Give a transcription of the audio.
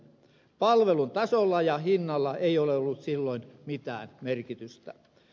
palvelun tasolla ja hinnalla ei ole ollut silloin mitään merkitystä